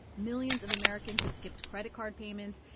millions of americans have skipped credit card payments,